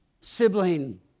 sibling